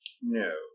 No